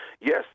Yes